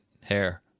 Hair